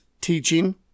teaching